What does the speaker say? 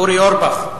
אורי אורבך.